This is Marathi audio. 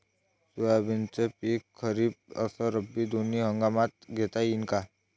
सोयाबीनचं पिक खरीप अस रब्बी दोनी हंगामात घेता येईन का?